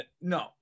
No